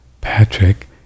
patrick